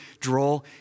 draw